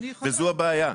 וזו הבעיה,